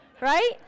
right